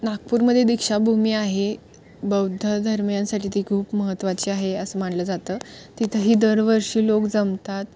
नागपूरमध्ये दीक्षाभूमी आहे बौद्ध धर्मियांसाठी ती खूप महत्त्वाची आहे असं मानलं जातं तिथंही दरवर्षी लोक जमतात